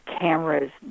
cameras